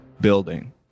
building